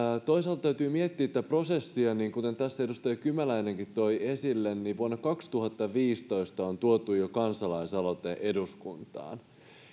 toisaalta täytyy miettiä tätä prosessia kuten edustaja kymäläinenkin toi esille jo vuonna kaksituhattaviisitoista on tuotu kansalaisaloite eduskuntaan